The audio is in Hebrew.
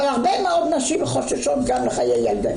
אבל הרבה מאוד נשים חוששות גם לחייהן.